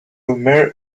mir